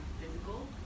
physical